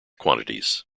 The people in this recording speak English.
quantities